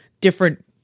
different